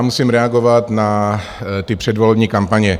Musím reagovat na ty předvolební kampaně.